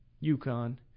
Yukon